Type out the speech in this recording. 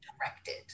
directed